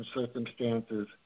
circumstances